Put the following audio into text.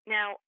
Now